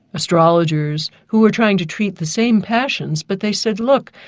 astrologers, who were trying to treat the same passions, but they said, look,